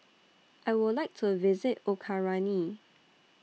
I Would like to visit Ukraine